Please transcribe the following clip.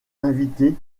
invité